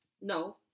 No